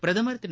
பிரதமர் திரு